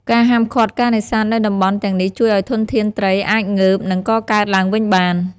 ការហាមឃាត់ការនេសាទនៅតំបន់ទាំងនេះជួយឲ្យធនធានត្រីអាចងើប និងកកើតឡើងវិញបាន។